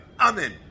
Amen